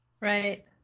right